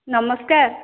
ନମସ୍କାର